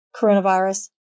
coronavirus